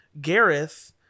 Gareth